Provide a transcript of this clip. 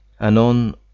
Anon